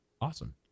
awesome